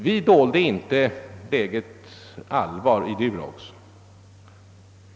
Vi dolde inte heller lägets allvar i Durox.